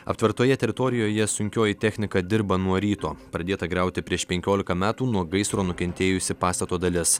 aptvertoje teritorijoje sunkioji technika dirba nuo ryto pradėta griauti prieš penkiolika metų nuo gaisro nukentėjusi pastato dalis